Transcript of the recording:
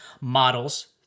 models